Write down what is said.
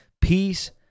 peace